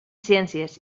ciències